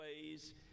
ways